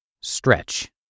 stretch